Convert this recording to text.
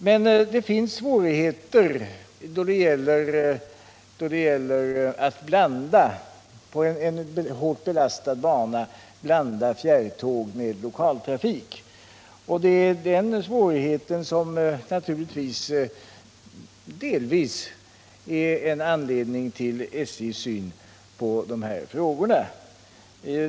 Men det finns svårigheter då det gäller att på en hårt belastad bana blanda fjärrtåg med lokaltrafik. Den svårigheten är naturligtvis delvis en anledning till SJ:s syn på de här frågorna.